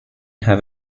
have